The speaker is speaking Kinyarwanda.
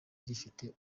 rifite